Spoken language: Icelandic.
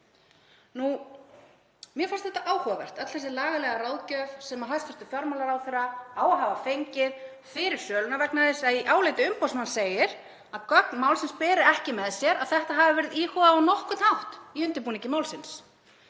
Mér fannst áhugaverð öll þessi lagalega ráðgjöf sem hæstv. fjármálaráðherra á að hafa fengið fyrir söluna vegna þess að í áliti umboðsmanns segir að gögn málsins beri ekki með sér að þetta hafi verið íhugað á nokkurn hátt í undirbúningi málsins.